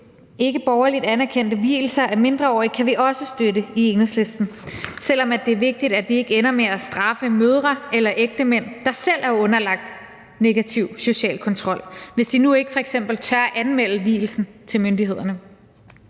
ikke borgerligt anerkendte vielser af mindreårige kan vi også støtte i Enhedslisten, selv om det er vigtigt, at vi ikke ender med at straffe mødre eller ægtemænd, der selv er underlagt negativ social kontrol, hvis de nu f.eks. ikke tør anmelde vielsen til myndighederne.